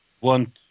want